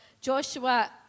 Joshua